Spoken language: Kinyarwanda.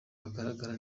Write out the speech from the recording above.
agaragara